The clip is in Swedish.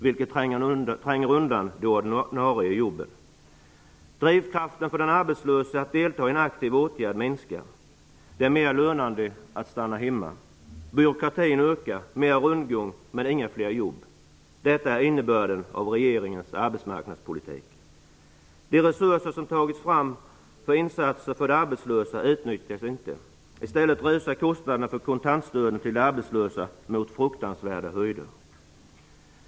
Dessa sysslor tränger undan de ordinarie jobben. Drivkraften för den arbetslöse att delta i aktiva åtgärder minskar. Det är mer lönande att stanna hemma. Byråkratin ökar. Det blir mer rundgång men inga fler jobb. Detta är innebörden av regeringens arbetsmarknadspolitik. De resurser som tagits fram för insatser för de arbetslösa utnyttjas inte. I stället rusar kostnaderna för kontantstöden till de arbetslösa mot fruktansvärda höjder.